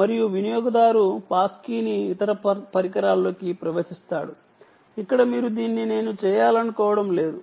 మరియు వినియోగదారు పాస్ కీని ఇతర పరికరాల్లోకి ప్రవేశిస్తాడు ఇక్కడ మీరు దీన్ని చేయాలనుకోవడం లేదు